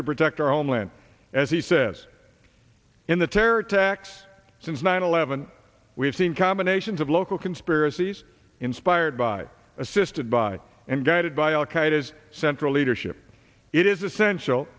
to protect our homeland as he says in the terror attacks since nine eleven we've seen combinations of local conspiracies inspired by assisted by and guided by al qaeda is central leadership it is essential